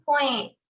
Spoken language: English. point